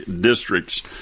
districts